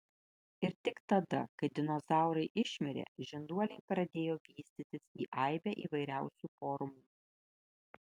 ir tik tada kai dinozaurai išmirė žinduoliai pradėjo vystytis į aibę įvairiausių formų